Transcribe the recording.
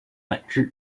本质